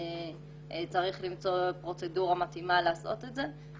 וצריך למצוא פרוצדורה מתאימה לעשות את זה.